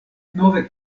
nove